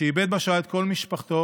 שאיבד בשואה את כל משפחתו